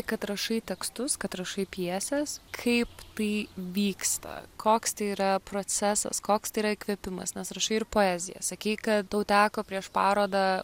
kad rašai tekstus kad rašai pjeses kaip tai vyksta koks tai yra procesas koks tai yra įkvėpimas nes rašai ir poeziją sakei kad tau teko prieš parodą